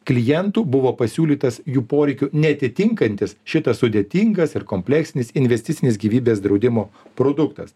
klientų buvo pasiūlytas jų poreikių neatitinkantis šitas sudėtingas ir kompleksinis investicinis gyvybės draudimo produktas